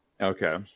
okay